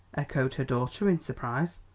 echoed her daughter in surprise.